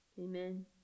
Amen